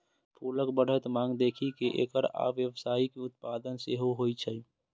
फूलक बढ़ैत मांग देखि कें एकर आब व्यावसायिक उत्पादन सेहो होइ छै